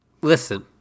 Listen